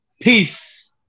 Peace